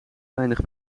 weinig